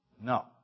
No